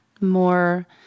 more